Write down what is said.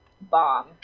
bomb